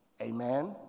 Amen